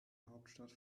hauptstadt